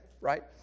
right